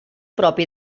propi